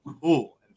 cool